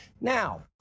Now